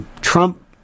Trump